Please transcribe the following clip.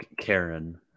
Karen